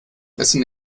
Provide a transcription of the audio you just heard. essen